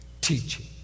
teaching